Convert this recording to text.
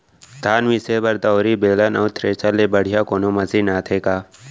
धान मिसे बर दंवरि, बेलन अऊ थ्रेसर ले बढ़िया कोनो मशीन आथे का?